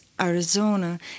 Arizona